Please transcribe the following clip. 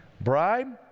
Bribe